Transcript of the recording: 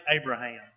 Abraham